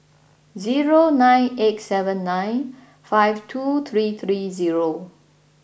zero nine eight seven nine five two three three zero